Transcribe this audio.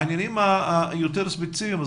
בעניינים היותר ספציפיים,